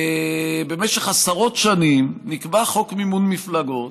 במשך עשרות שנים נקבע חוק מימון מפלגות,